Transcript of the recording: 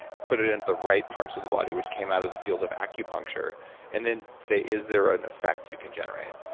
put it in the right parts of the body, which came out of the field of acupuncture and then say, is there an effect you can generate?